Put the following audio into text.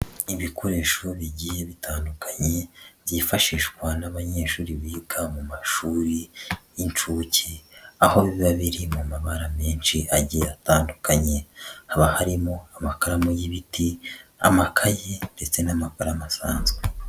Ibikoresho bigiye bitandukanye, byifashishwa n'abanyeshuri biga mu mashuri y'inshuke, aho biba biri mu mabara menshi agiye atandukanye, haba harimo amakaramu y'ibiti, amakayi ndetse n'amakaru asanzwe.